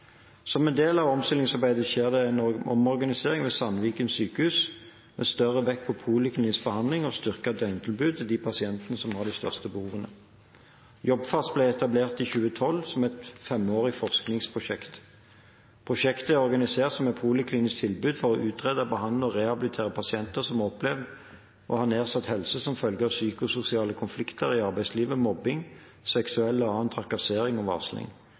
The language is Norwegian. Som en del av omstillingsarbeidet skjer det nå omorganisering ved Sandviken sykehus med større vekt på poliklinisk behandling og styrket døgntilbud til de pasientene som har de største behovene. Jobbfast ble etablert i 2012 som et femårig forskningsprosjekt. Prosjektet er organisert som et poliklinisk tilbud for å utrede, behandle og rehabilitere pasienter som opplever å ha nedsatt helse som følge av psykososiale konflikter i arbeidslivet, mobbing, seksuell og annen trakassering og varsling.